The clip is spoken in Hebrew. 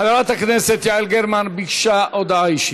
חברת הכנסת יעל גרמן ביקשה הודעה אישית.